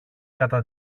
κατά